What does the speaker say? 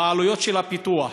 בעלויות הפיתוח,